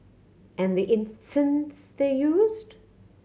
and the incense they used